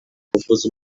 kuvuza